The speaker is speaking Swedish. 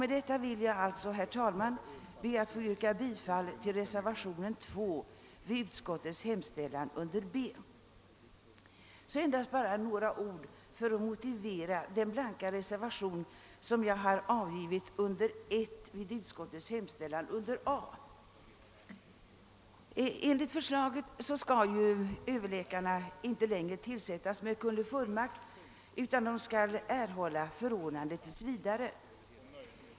Med dessa ord ber jag, herr talman, att få yrka bifall till reservationen Il vid utskottets hemställan under B. Sedan endast några ord för att motivera den blanka reservation som jag avgivit under I vid utskottets hemställan under A. Enligt förslaget skall överläkarna inte längre tillsättas med kunglig fullmakt utan skall erhålla förordnande tills vidare.